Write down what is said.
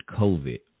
COVID